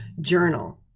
journal